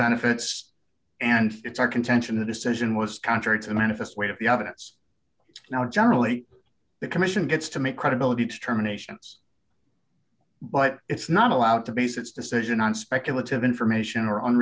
benefits and it's our contention the decision was contrary to the manifest weight of the of it it's now generally the commission gets to make credibility to terminations but it's not allowed to base its decision on speculative information or on